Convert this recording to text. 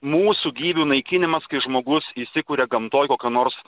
mūsų gyvių naikinimas kai žmogus įsikuria gamtoj kokio nors